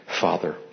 father